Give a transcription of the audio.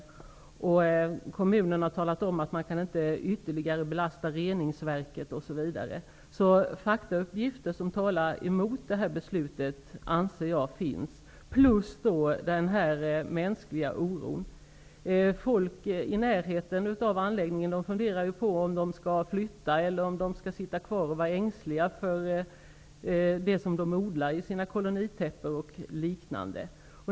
Kommunen har talat om att man inte kan belasta reningsverket ytterligare, osv. Jag anser alltså att faktauppgifter som talar emot detta beslut finns. Dessutom finns denna mänskliga oro. Människor i närheten av anläggningen funderar ju på om de skall flytta eller om de skall stanna kvar och vara ängsliga för det som de odlar på sina kolonitäppor och liknande.